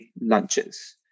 lunches